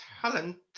Talent